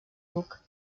duc